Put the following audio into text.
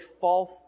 false